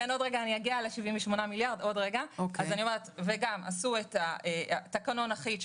וגם עשו תקנון אחיד,